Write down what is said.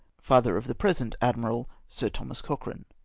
father of the present admiral sir thomas cochrane.